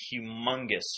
humongous